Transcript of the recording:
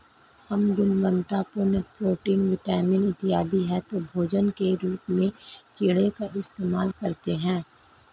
हम गुणवत्तापूर्ण protein, vitamin इत्यादि हेतु भोजन के रूप में कीड़े का इस्तेमाल करते हैं